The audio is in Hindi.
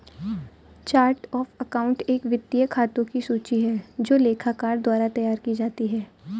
चार्ट ऑफ़ अकाउंट एक वित्तीय खातों की सूची है जो लेखाकार द्वारा तैयार की जाती है